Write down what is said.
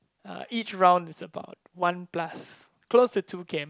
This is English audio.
uh each round is about one plus close to two K_M